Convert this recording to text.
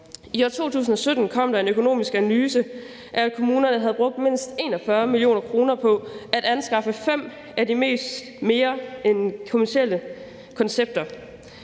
I år 2017 kom der en økonomisk analyse af, at kommunerne havde brugt mindst 41 mio. kr. på at anskaffe fem af de kommercielle koncepter,